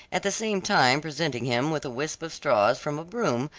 at the same time presenting him with a wisp of straws from a broom,